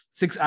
six